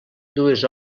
dues